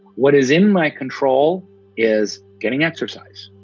what is in my control is getting exercise,